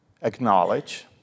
acknowledge